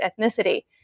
ethnicity